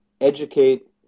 educate